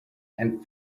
and